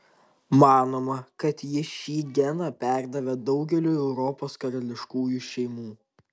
manoma kad ji šį geną perdavė daugeliui europos karališkųjų šeimų